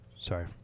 Sorry